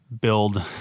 build